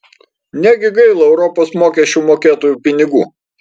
negi gaila europos mokesčių mokėtojų pinigų